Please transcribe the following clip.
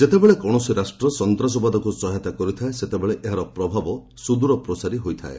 ଯେତେବେଳେ କୌଣସି ରାଷ୍ଟ୍ର ସନ୍ତାସବାଦକୁ ସହାୟତା କରିଥାଏ ସେତେବେଳେ ଏହାର ପ୍ରଭାବ ସୁଦୂର ପ୍ରସାରୀ ହୋଇଥାଏ